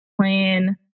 plan